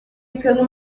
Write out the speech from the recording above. ficando